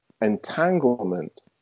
entanglement